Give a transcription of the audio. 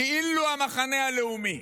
כאילו המחנה הלאומי.